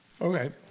Okay